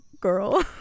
girl